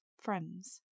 friends